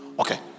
Okay